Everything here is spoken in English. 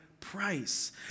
price